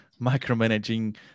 micromanaging